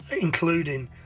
including